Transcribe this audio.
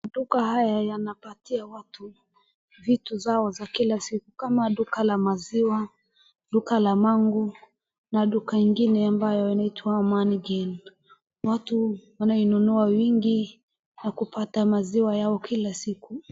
Maduka haya yanapatia watu vitu zao za kila siku kama duka la maziwa, duka la mangu na duka ingine ambayo inaitwa Amani Gained. Watu wanainunua wingi na kupata maziwa yao kila siku.